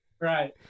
Right